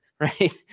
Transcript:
right